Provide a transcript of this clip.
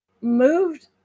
moved